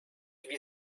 wie